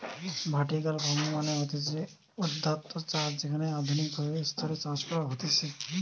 vertical farming মানে হতিছে ঊর্ধ্বাধ চাষ যেখানে আধুনিক ভাবে স্তরে চাষ করা হতিছে